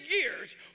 years